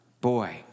Boy